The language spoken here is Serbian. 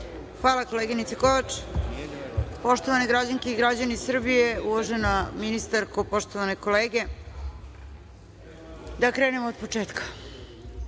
Hvala, koleginice Kovač. Poštovane građanke i građani Srbije, uvažena ministarko, poštovane kolege, da krenemo od početka. Moja